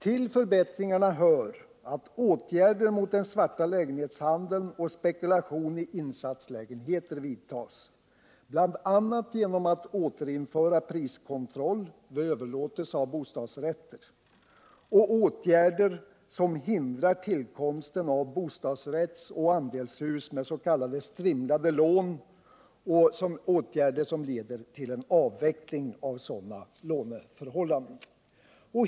Till förbättringarna hör åtgärder mot den svarta lägenhetshandeln och spekulationen i insatslägenheter, bl.a. genom att återinföra priskontroll vid överlåtelse av bostadsrätter, åtgärder som hindrar tillkomsten av bostadsrättsoch andelshus med s.k. strimlade lån och åtgärder som leder till avveckling av sådana låneförhållanden.